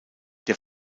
der